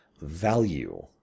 value